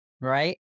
right